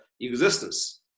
existence